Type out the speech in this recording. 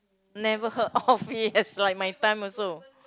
never heard of it it's like my time also